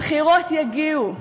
הבחירות יגיעו,